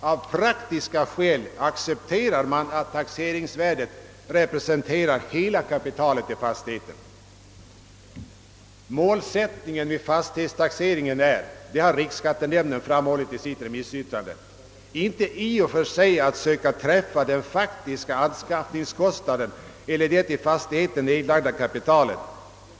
Av praktiska skäl accepterar man att taxeringsvärdet representerar hela kapitalet i fastigheten. Målsättningen vid fastighetstaxe ringen är — såsom riksskattenämnden framhållit i sitt remissyttrande — inte i och för sig att söka träffa den faktiska anskaffningskostnaden eller det i fastigheten nedlagda kapitalet.